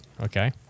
Okay